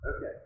Okay